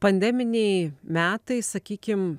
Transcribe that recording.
pandeminiai metai sakykim